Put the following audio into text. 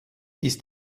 ist